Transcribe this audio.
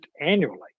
annually